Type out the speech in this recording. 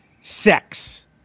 sex